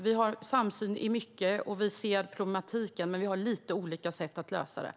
Vi har samsyn i mycket och ser problematiken, men vi har lite olika lösningar.